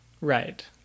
Right